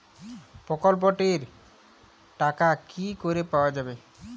প্রকল্পটি র টাকা কি করে পাওয়া যাবে?